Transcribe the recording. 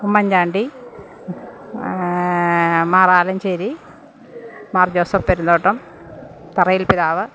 ഉമ്മൻ ചാണ്ടി മാറവിൻചേരി മാർ ജോസഫ് പെരുന്തോട്ടം തറയിൽ പിതാവ്